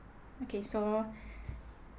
okay so